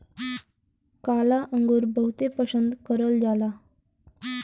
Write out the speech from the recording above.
काला अंगुर बहुते पसन्द करल जाला